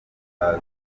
bakaza